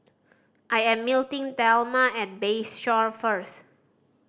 I am meeting Thelma at Bayshore first